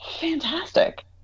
fantastic